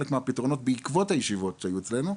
מהפתרונות בעקבות הישיבות שהיו אצלנו,